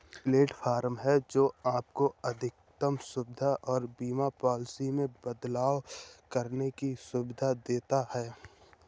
platform है, जो आपको अधिकतम सुविधा और बीमा पॉलिसी में बदलाव करने की सुविधा देता है